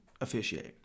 officiate